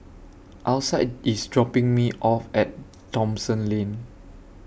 Alcide IS dropping Me off At Thomson Lane